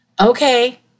okay